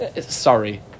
sorry